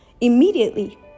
immediately